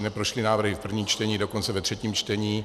Neprošly návrhy v prvním čtení, dokonce ve třetím čtení.